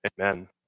Amen